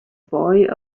boy